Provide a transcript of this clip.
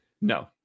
No